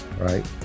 right